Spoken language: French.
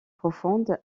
profonde